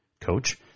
coach